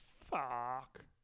fuck